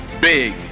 big